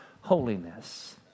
holiness